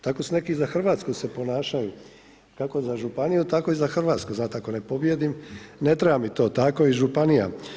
Tako su neki za Hrvatsku se ponašali kako za županiju, tako i za Hrvatsku znate ako ne pobijedim ne treba mi to, tako i županija.